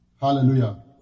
Hallelujah